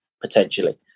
potentially